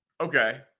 okay